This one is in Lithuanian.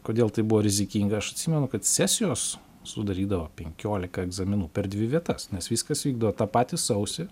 kodėl tai buvo rizikinga aš atsimenu kad sesijos sudarydavo penkiolika egzaminų per dvi vietas nes viskas vykdavo tą patį sausį